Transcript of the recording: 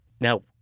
Now